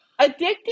Addictive